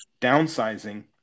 downsizing